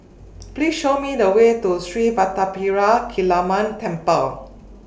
Please Show Me The Way to Street Vadapathira Kaliamman Temple